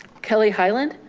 kelly hyland,